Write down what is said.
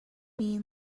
mean